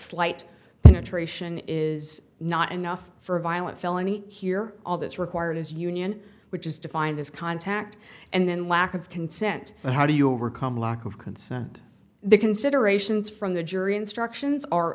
slight penetration is not enough for a violent felony here all that's required is union which is defined as contact and then lack of consent but how do you overcome lack of consent the considerations from the jury instructions are